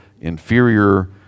inferior